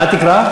מה התקרה?